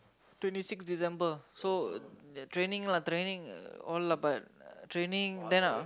twenty six December so that training lah training all lah but training then